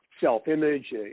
self-image